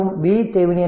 மற்றும் VThevenin